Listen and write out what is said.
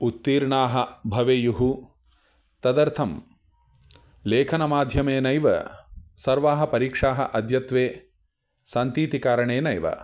उत्तीर्णाः भवेयुः तदर्थं लेखनमाध्यमेनैव सर्वाः परीक्षाः अध्यत्वे सन्तीति कारणेनैव